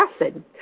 acid